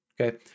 okay